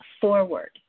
forward